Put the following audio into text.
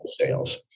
sales